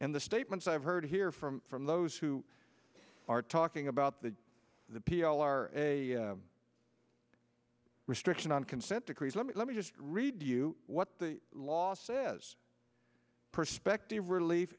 and the statements i've heard here from from those who are talking about the the p l r a restriction on consent decrees let me let me just read you what the law says perspective relief